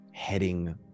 heading